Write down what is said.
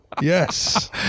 Yes